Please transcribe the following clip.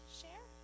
share